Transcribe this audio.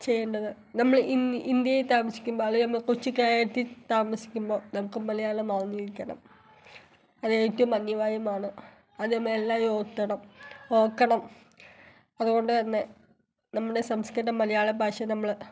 ചെയ്യണ്ടത് നമ്മള് ഇന്ത്യയിൽ താമസിക്കുമ്പോൾ അല്ലേ നമ്മൾ കൊച്ച് കേരളത്തിൽ താമസിക്കുമ്പോൾ താമസിക്കുമ്പോൾ നമുക്ക് മലയാളം അറിഞ്ഞിരിക്കണം അതെനിക്കും അഭിമാനമാണ് അതും എല്ലാവരും ഓർക്കണം ഓർക്കണം അതുകൊണ്ട് തന്നെ നമ്മുടെ സംസ്കൃത മലയാള ഭാഷയെ നമ്മള്